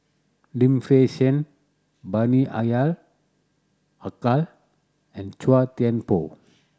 Lim Fei Shen Bani Haykal and Chua Thian Poh